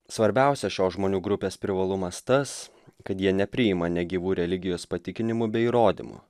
svarbiausia šios žmonių grupės privalumas tas kad jie nepriima negyvų religijos patikinimų be įrodymų